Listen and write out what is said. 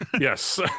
yes